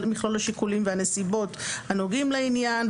השיקולים והנסיבות הנוגעים לעניין,